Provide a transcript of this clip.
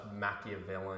Machiavellian